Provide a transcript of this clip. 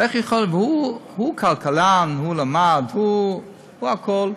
ואיך יכול להיות והוא כלכלן, הוא למד, הוא הכול,